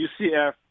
UCF